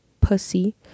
pussy